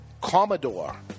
Commodore